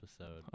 episode